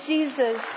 Jesus